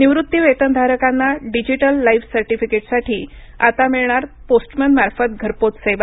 निवृत्तीवेतनधारकांना digital life certificate साठी आता मिळणार पोस्टमन मार्फत घरपोच सेवा